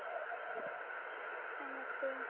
ᱚᱱᱟᱛᱮ